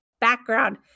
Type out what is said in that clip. background